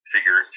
Figure